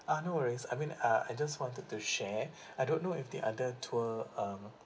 uh no worries I mean uh I just wanted to share I don't know if the other tour um